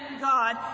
God